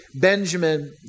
Benjamin